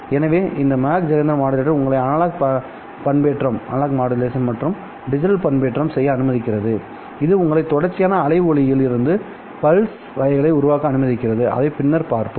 எனவே இந்த Mach Zehnder modulator உங்களை அனலாக் பண்பேற்றம் மற்றும் டிஜிட்டல் பண்பேற்றம் செய்ய அனுமதிக்கிறது இதுஉங்களை தொடர்ச்சியான அலை ஒளியில் இருந்து பல்ஸ் வகைகளை உருவாக்க அனுமதிக்கிறதுஅதை பின்னர் பார்ப்போம்